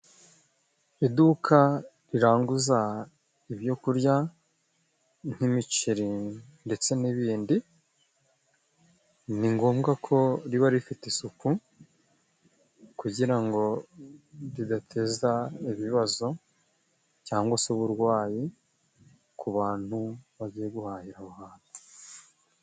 Iduka riranguza ibyo kurya nk'imiceri ndetse n'ibindi, ni ngombwa ko riba rifite isuku, kugira ngo ridateza ibibazo cyangwa se uburwayi ku bantu bagiye guhahira aho hantu.